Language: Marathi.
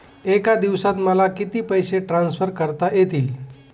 एका दिवसात मला किती पैसे ट्रान्सफर करता येतील?